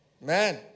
Man